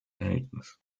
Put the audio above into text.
verhältnis